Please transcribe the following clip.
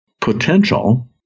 potential